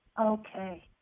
Okay